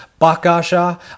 Bakasha